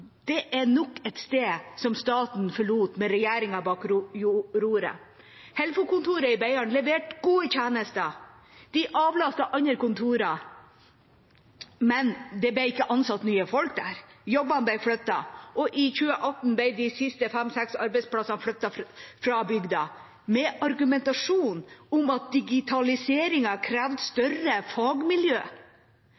det ca. 1 000 mennesker. Det er nok et sted som staten forlot med regjeringa bak roret. Helfo-kontoret i Beiarn leverte gode tjenester, og de avlastet andre kontorer. Men det ble ikke ansatt nye folk der, jobbene ble flyttet. I 2018 ble de siste fem–seks arbeidsplassene flyttet fra bygda, med argumentasjon om at digitaliseringen krevde